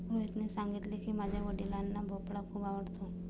रोहितने सांगितले की, माझ्या वडिलांना भोपळा खूप आवडतो